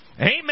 Amen